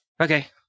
Okay